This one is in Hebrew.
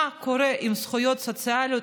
מה קורה עם הזכויות הסוציאליות,